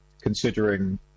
considering